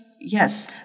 yes